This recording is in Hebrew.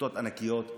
עמותות ענקיות,